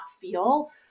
feel